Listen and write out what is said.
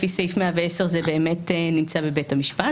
לפי סעיף 110 זה באמת נמצא בבית המשפט,